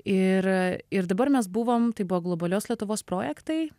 ir ir dabar mes buvom tai buvo globalios lietuvos projektai